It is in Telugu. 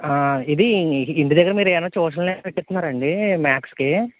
ఇది ఇంటి దగ్గర మీరు ఏమన్న ట్యూషన్లు ఏమన్న పెట్టిస్తున్నారా అండి మాథ్స్కి